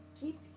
keep